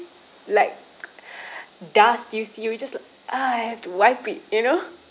like dust you see you just ah I have to wipe it you know